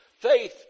Faith